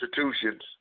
institutions